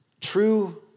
True